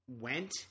went